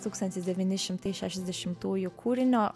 tūkstantis devyni šimtai šešiasdešimtųjų kūrinio